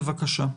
בבקשה.